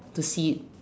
to see it